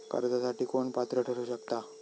कर्जासाठी कोण पात्र ठरु शकता?